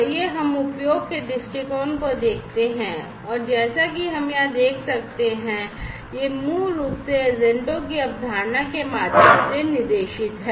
आइए अब हम उपयोग के दृष्टिकोण को देखते हैं और जैसा कि हम यहां देख सकते हैं कि यह मूल रूप से एजेंटों की अवधारणा के माध्यम से निर्देशित है